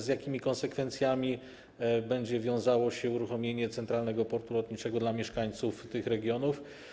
Z jakimi konsekwencjami będzie wiązało się uruchomienie centralnego portu lotniczego dla mieszkańców tych regionów?